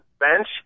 bench